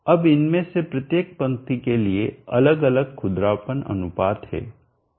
अब इनमें से प्रत्येक पंक्ति के लिए अलग अलग खुरदरापन अनुपात है